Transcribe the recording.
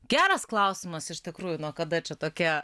geras klausimas iš tikrųjų nuo kada čia tokia